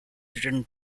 written